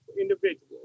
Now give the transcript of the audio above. individual